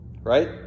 Right